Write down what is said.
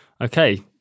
Okay